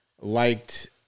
liked